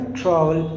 travel